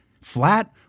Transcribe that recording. flat